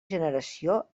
generació